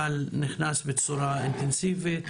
אבל נכנס בצורה אינטנסיבית